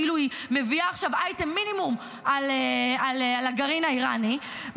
כאילו היא מביאה עכשיו אייטם במינימום על הגרעין האיראני,